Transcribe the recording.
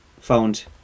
found